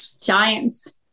Giants